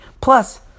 Plus